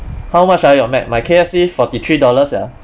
how much ah your mac my K_F_C forty three dollars sia